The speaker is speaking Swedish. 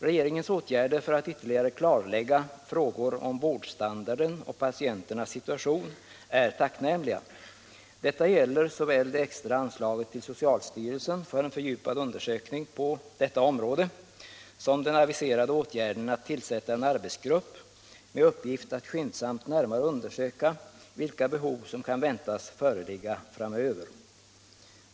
Regeringens åtgärder för att ytterligare klarlägga frågor om vårdstandarden och patienternas situation är tacknämliga. Detta gäller såväl det extra anslaget till socialstyrelsen för en fördjupad undersökning på detta område som den aviserade åtgärden att tillsätta en arbetsgrupp med uppgift att skyndsamt närmare undersöka vilka behov som kan väntas föreligga framöver.